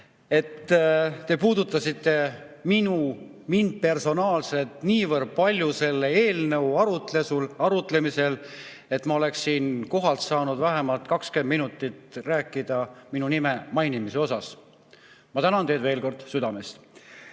Te puudutasite mind personaalselt niivõrd palju selle eelnõu arutlemisel, et ma oleksin kohalt saanud vähemalt 20 minutit rääkida minu nime mainimise tõttu. Ma tänan teid veel kord südamest.